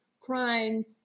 crying